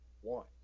one